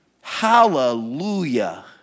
Hallelujah